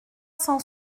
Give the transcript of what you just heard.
cent